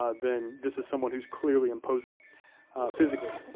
ah then this is someone who's clearly imposing physically.